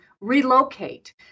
relocate